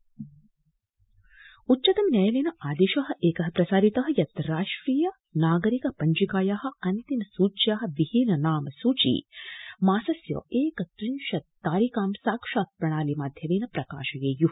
उच्चतम न्यायालय असम उच्चतम न्यायालयेन आदेश एक प्रसारित यत् राष्ट्रिय नागरिक पिव्जकाया अन्तिम सूच्या विहिन नाम सूची मासस्य एकत्रिशत् तारिकां साक्षात् प्रणाली माध्यमेन प्रकाशयेय्